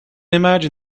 imagine